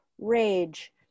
rage